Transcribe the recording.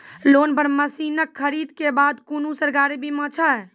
Loan पर मसीनऽक खरीद के बाद कुनू सरकारी बीमा छै?